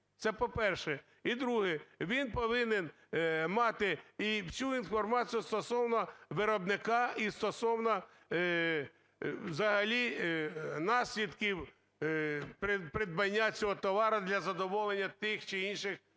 Це по-перше. І друге. Він повинен мати всю інформацію стосовно виробника і стосовно взагалі наслідків придбання цього товару для задоволення тих чи інших